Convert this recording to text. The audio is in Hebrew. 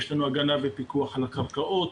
יש לנו הגנה ופיקוח לקרקעות,